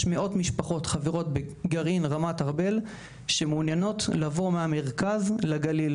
יש מאות משפחות שחברות בגרעין רמת ארבל שמעוניינות לבוא מהמרכז לגליל.